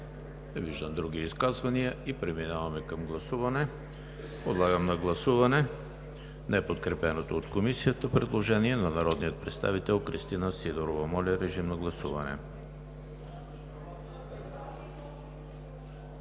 виждам други изказвания и преминаваме към гласуване. Подлагам на гласуване неподкрепеното от Комисията предложение на народния представител Кристина Сидорова. Гласували